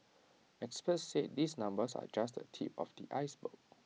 experts said these numbers are just the tip of the iceberg